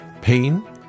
Pain